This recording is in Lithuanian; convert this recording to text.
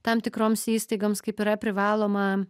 tam tikroms įstaigoms kaip yra privaloma